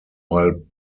while